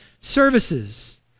services